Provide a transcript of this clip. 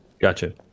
Gotcha